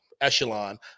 echelon